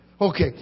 Okay